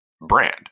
brand